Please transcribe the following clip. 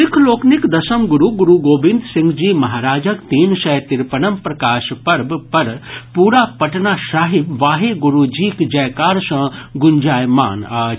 सिख लोकनिक दसम गुरू गुरू गोविंद सिंह जी महाराजक तीन सय तिरपनम प्रकाश पर्व पर पूरा पटना साहिब वाहे गुरूजीक जयकार सँ गुंजायमान अछि